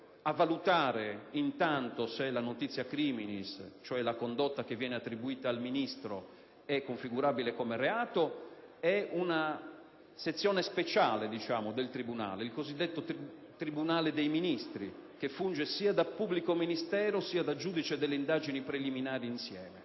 a valutare se la *notitia criminis*, cioè la condotta attribuita al Ministro, è configurabile come reato è una sezione speciale del tribunale, il cosiddetto tribunale dei ministri, che funge sia da pubblico ministero che da giudice per le indagini preliminari.